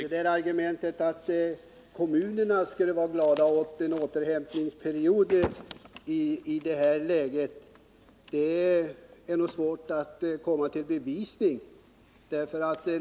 Herr talman! Argumentet att kommunerna skulle vara glada åt att få en återhämtningsperiod i det här läget blir det nog svårt att bevisa riktigheten av.